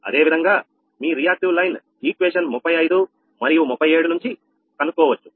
అదేవిధంగా మీ reactive line సమీకరణం 35 మరియు 37 నుంచి కొనుక్కోవచ్చు